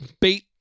Beat